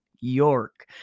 York